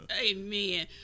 Amen